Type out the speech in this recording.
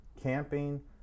camping